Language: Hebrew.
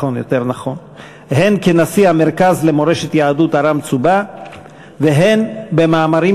הן כנשיא המרכז למורשת יהדות ארם-צובא והן במאמרים